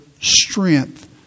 strength